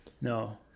No